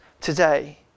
today